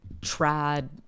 trad